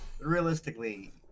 Realistically